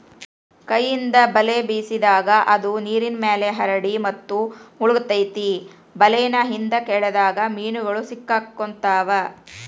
ಕೈಯಿಂದ ಬಲೆ ಬೇಸಿದಾಗ, ಅದು ನೇರಿನ್ಮ್ಯಾಲೆ ಹರಡಿ ಮತ್ತು ಮುಳಗತೆತಿ ಬಲೇನ ಹಿಂದ್ಕ ಎಳದಾಗ ಮೇನುಗಳು ಸಿಕ್ಕಾಕೊತಾವ